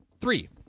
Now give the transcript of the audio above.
Three